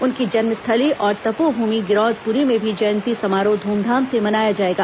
उनकी जन्मस्थली और तपोमूमि गिरौदपुरी में भी जयंती समारोह ध्रमधाम से मनाया जाएगा